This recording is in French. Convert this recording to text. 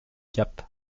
gap